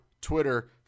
Twitter